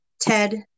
Ted